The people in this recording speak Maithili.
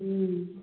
ओ नहि लेबै